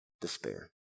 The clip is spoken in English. despair